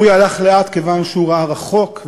אורי הלך לאט כיוון שראה רחוק.